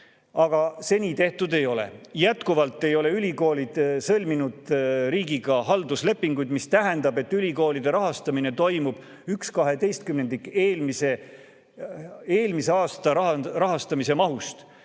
mida seni tehtud ei ole. Jätkuvalt ei ole ülikoolid sõlminud riigiga halduslepinguid, mis tähendab, et ülikoolide rahastamine toimub 1/12 ulatuses eelmise aasta rahastamise mahust.